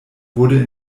wurde